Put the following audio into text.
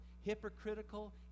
hypocritical